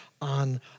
on